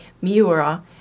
Miura